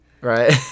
Right